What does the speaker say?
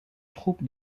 troupe